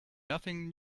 nothing